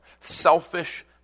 Selfish